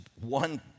one